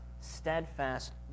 steadfast